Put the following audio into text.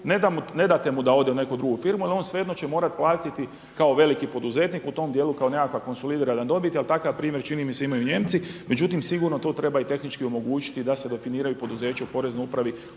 ne date mu da ode u neku drugu firmu ali će on svejedno morati platiti kao veliki poduzetnik u tom dijelu kao nekakva konsolidirana dobit, a takav primjer čini mi se imaju Nijemci, međutim sigurno i tu treba tehnički omogućiti da se definiraju poduzeća u Poreznoj upravi